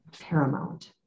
paramount